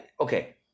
okay